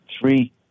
three